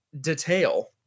detail